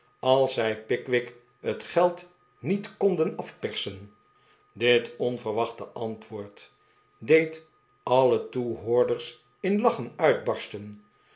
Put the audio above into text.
als zij pickwick het geid niet konden afpersen dit onverwachte antwoord de d alle toehoorders in lachen uitbarsten